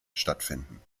stattfinden